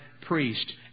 priest